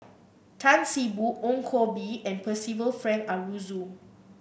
Tan See Boo Ong Koh Bee and Percival Frank Aroozoo